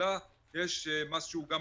אלא יש גם מס אחוזי.